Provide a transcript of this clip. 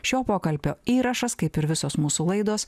šio pokalbio įrašas kaip ir visos mūsų laidos